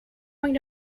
going